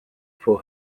for